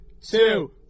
two